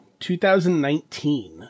2019